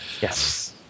Yes